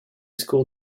school